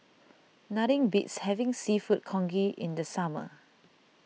nothing beats Having Seafood Congee in the summer